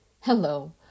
Hello